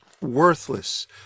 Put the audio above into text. worthless